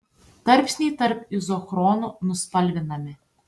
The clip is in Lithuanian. tarpsniai tarp izochronų nuspalvinami